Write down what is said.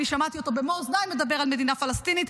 אני שמעתי אותו במו אוזניי מדבר על מדינה פלסטינית,